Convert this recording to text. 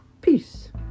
Peace